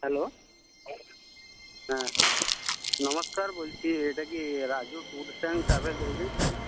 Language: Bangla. হ্যালো হ্যাঁ নমস্কার বলছি এটা কি Raju tours and travel agency